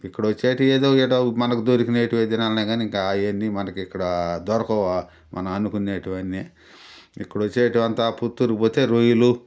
ఇక్కడొచ్చేటియేదో ఎదో మనకి దొరికినేటియేదన్నా కానీ ఇంకా అయన్నీ మనకిక్కడా దొరకవు మనం అనుకున్నేటివన్నీ ఇక్కడోచ్చేటివంతా పుత్తూర్కు పోతే రొయ్యలు